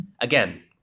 again